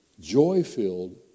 joy-filled